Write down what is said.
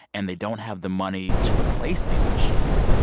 and they don't have the money to replace these machines.